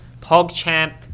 PogChamp